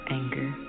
anger